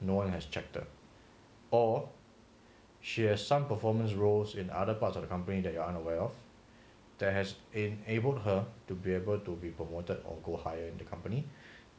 no one has checked her or she has some performance roles in other parts of the company that you are unaware of there has enabled her to be able to promoted or go higher in the company